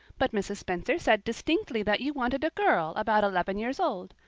but mrs. spencer said distinctly that you wanted a girl about eleven years old.